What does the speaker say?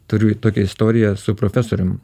turiu tokią istoriją su profesorium